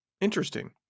interesting